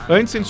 Antes